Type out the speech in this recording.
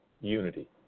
unity